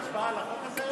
יש הצבעה על החוק הזה היום?